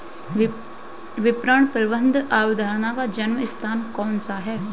विपणन प्रबंध अवधारणा का जन्म स्थान कौन सा है?